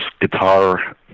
guitar